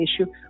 issue